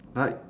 like